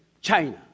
China